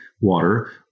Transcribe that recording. water